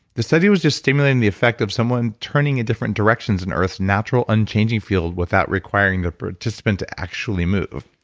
the study was just stimulating the effect of someone turning a different direction in earth's natural unchanging field, without requiring the participant to actually move,